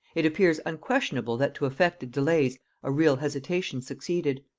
it appears unquestionable that to affected delays a real hesitation succeeded.